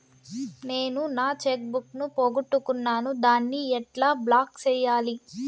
నేను నా cheque book ను పోగొట్టుకున్నాను దాన్ని ఎట్లా బ్లాక్ సేయాలి?